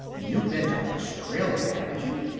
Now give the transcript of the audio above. you've been to australia, haven't you?